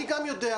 אני גם יודע,